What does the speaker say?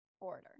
order